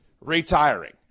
retiring